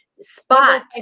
spot